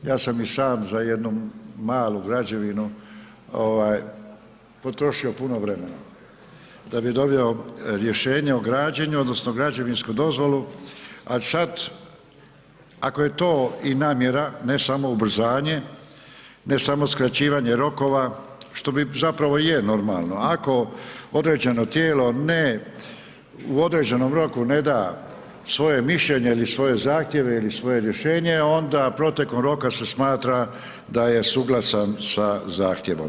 Ja sam i sam za jednu malu građevinu potrošio puno vremena da bi dobio rješenje o građenju odnosno građevinsku dozvolu ali sad ako je to i namjera ne samo ubrzanje, ne samo skraćivanje rokova, što bi zapravo i je normalno, ako određeno tijelo ne u određenom roku ne da svoje mišljenje ili svoje zahtjeve ili svoje rješenje, onda protekom roka se smatra da je suglasan sa zahtjevom.